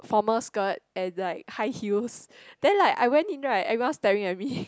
formal skirt and like high heels then like I went in right everyone staring at me